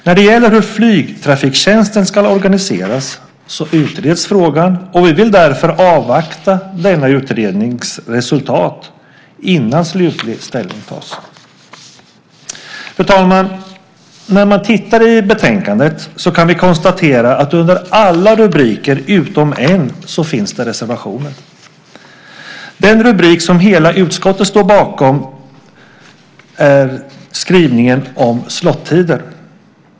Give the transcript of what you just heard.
När det gäller hur flygtrafiktjänsten ska organiseras utreds frågan, och vi vill därför avvakta denna utrednings resultat innan slutlig ställning tas. Fru talman! När man läser betänkandet kan man konstatera att under alla rubriker utom en finns det reservationer. Den rubrik där hela utskottet står bakom skrivningen är Slottider.